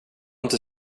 inte